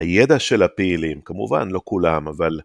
הידע של הפעילים, כמובן לא כולם, אבל...